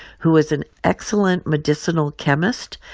who was an excellent medicinal chemist.